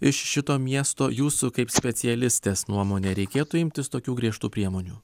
iš šito miesto jūsų kaip specialistės nuomone reikėtų imtis tokių griežtų priemonių